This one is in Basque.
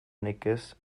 nekez